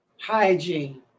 hygiene